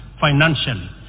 financially